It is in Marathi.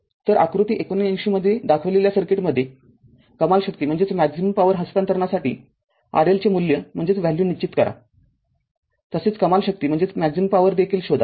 तर आकृती ७९ मध्ये दाखविलेल्या सर्किटमध्ये कमाल शक्ती हस्तांतरणासाठी RL चे मूल्य निश्चित करातसेच कमाल शक्ती देखील शोधा